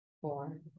four